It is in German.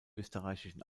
österreichischen